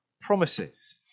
promises